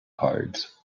cards